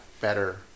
better